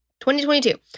2022